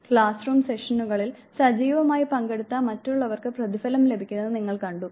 class room സെഷനുകളിൽ സജീവമായി പങ്കെടുത്ത മറ്റുള്ളവർക്ക് പ്രതിഫലം ലഭിക്കുന്നത് നിങ്ങൾ കണ്ടു